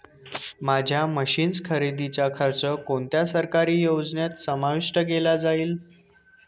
माझ्या मशीन्स खरेदीचा खर्च कोणत्या सरकारी योजनेत समाविष्ट केला जाईल?